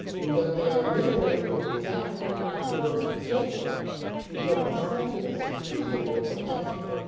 in that they are literary or theatrical acts of representation which are presented as pitiable attempts,